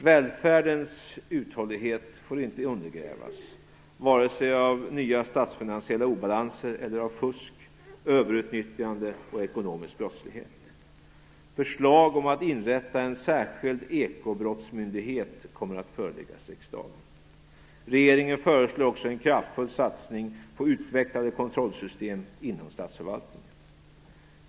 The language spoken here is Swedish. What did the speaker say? Välfärdens uthållighet får inte undergrävas, vare sig av nya statsfinansiella obalanser eller av fusk, överutnyttjande och ekonomisk brottslighet. Förslag om att inrätta en särskild ekobrottsmyndighet kommer att föreläggas riksdagen. Regeringen föreslår också en kraftfull satsning på utvecklade kontrollsystem inom statsförvaltningen.